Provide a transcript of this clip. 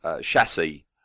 chassis